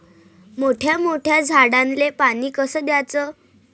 मोठ्या मोठ्या झाडांले पानी कस द्याचं?